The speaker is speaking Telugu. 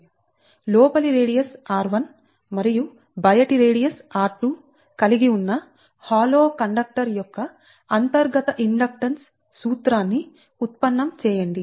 లోపలి రేడియస్ r1 మరియు బయటి రేడియస్ r2 కలిగి ఉన్న హాలోబోలు కండక్టర్ యొక్క అంతర్గత ఇండక్టెన్స్ సూత్రాన్ని ఉత్పన్నం చేయండి